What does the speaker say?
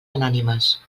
anònimes